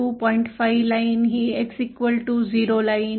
5 ची लाइन आहे हे X 0